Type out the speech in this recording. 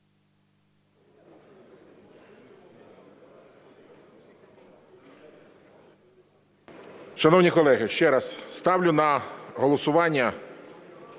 Шановні колеги, ще раз ставлю на голосування…